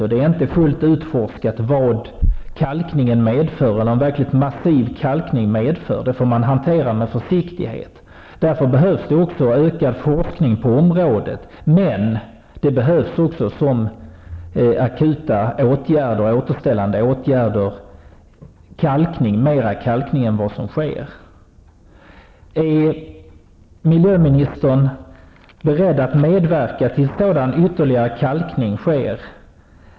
Det är inte fullt utforskat vad en verkligt massiv kalkning medför. Därför hanterar man detta med försiktighet. Det behövs därför ökad forskning på området, men mer kalkning än vad som sker behövs också som akut återställande åtgärd. Är miljöministern beredd att medverka till att ytterligare sådan kalkning sker?